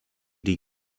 die